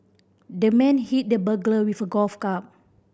the man hit the burglar with a golf club